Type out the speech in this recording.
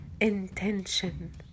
intention